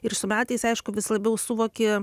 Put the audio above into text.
ir su metais aišku vis labiau suvoki